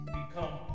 become